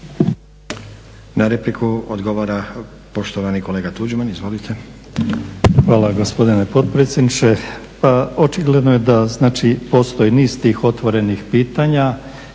Na repliku odgovara poštovani kolega Tuđman. Izvolite.